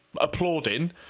Applauding